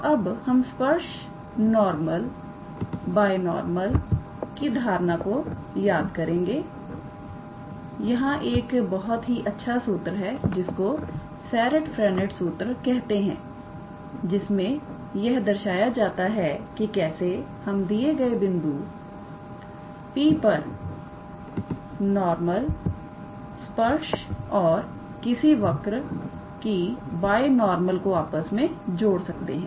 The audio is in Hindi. तो अब हम स्पर्श नॉर्मल बायनॉर्मल की धारणा को याद करेंगे यहां एक बहुत ही अच्छा सूत्र है जिसको सेरिट फ्रेंनेट सूत्र कहते हैं जिसमें यह दर्शाया जाता है कि कैसे हम दिए गए बिंदु P पर नॉर्मल स्पर्श और किसी वर्क की बायनॉर्मल को आपस में जोड़ सकते हैं